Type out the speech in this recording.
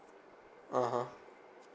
(uh huh)